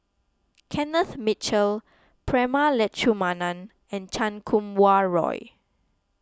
Kenneth Mitchell Prema Letchumanan and Chan Kum Wah Roy